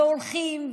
והולכים,